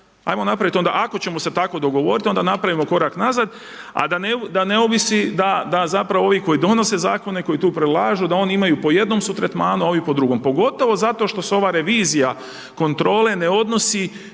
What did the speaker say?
Ajmo napraviti onda, ako ćemo se tako dogovoriti, onda napravimo korak nazad, a da ne ovisi da zapravo ovi koji donose zakone, koji tu predlažu, da oni imaju, po jednom su tretmanu, a ovi po drugom, pogotovo zato što se ova revizija kontrole ne odnosi